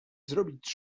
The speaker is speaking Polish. zrobić